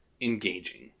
engaging